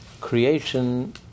creation